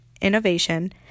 innovation